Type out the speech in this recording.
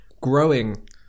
growing